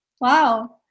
Wow